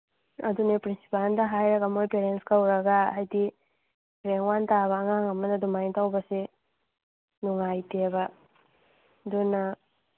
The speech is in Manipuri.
ꯑꯗꯨꯅꯦ ꯄ꯭ꯔꯤꯟꯁꯤꯄꯥꯜꯗ ꯍꯥꯏꯔꯒ ꯃꯈꯣꯏ ꯄꯦꯔꯦꯟꯁ ꯀꯧꯔꯒ ꯍꯥꯏꯕꯗꯤ ꯔꯦꯡ ꯋꯥꯟ ꯇꯥꯕ ꯑꯉꯥꯡ ꯑꯃꯅ ꯑꯗꯨꯃꯥꯏ ꯇꯧꯕꯁꯦ ꯅꯨꯡꯉꯥꯏꯇꯦꯕ ꯑꯗꯨꯅ